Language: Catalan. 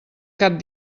cap